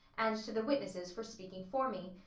and to the witnesses for speaking for me.